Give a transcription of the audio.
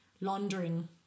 laundering